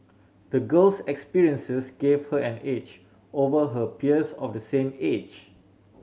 the girl's experiences gave her an edge over her peers of the same age